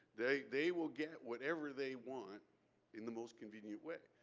they they will get whatever they want in the most convenient way,